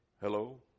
Hello